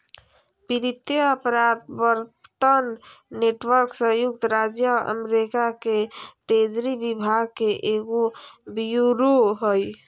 वित्तीय अपराध प्रवर्तन नेटवर्क संयुक्त राज्य अमेरिका के ट्रेजरी विभाग के एगो ब्यूरो हइ